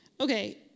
Okay